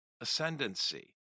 ascendancy